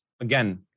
again